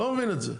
אני לא מבין את זה.